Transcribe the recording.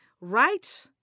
right